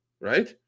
right